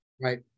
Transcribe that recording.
right